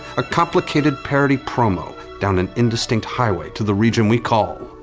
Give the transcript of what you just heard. a complicated parody promo down an indistinct highway to the region we call.